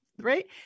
Right